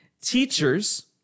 Teachers